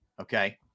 Okay